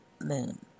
moon